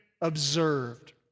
observed